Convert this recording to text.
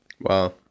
Wow